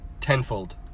tenfold